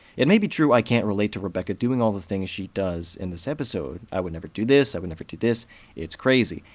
it may be true i can't relate to rebecca doing all the things she does in this episode, i would never do this, i would never do this it's crazy.